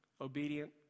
obedient